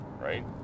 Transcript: right